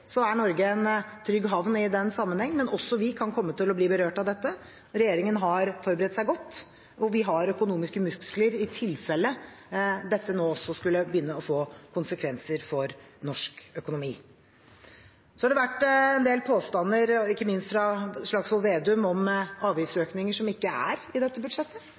er Norge en trygg havn i den sammenheng, men også vi kan komme til å bli berørt av dette. Regjeringen har forberedt seg godt, og vi har økonomiske muskler i tilfelle dette skulle begynne å få konsekvenser også for norsk økonomi. Det har vært en del påstander, ikke minst fra representanten Slagsvold Vedum, om avgiftsøkninger som ikke er i dette budsjettet.